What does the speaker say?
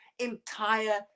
entire